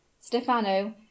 Stefano